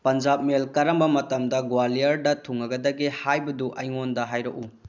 Punjab mail ꯀꯔꯝꯕ ꯃꯇꯝꯗ ꯒ꯭ꯋꯥꯂꯤꯌꯔꯗ ꯊꯨꯡꯉꯒꯗꯒꯦ ꯍꯥꯏꯕꯗꯨ ꯑꯩꯉꯣꯟꯗ ꯍꯥꯏꯔꯛꯎ